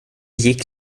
gick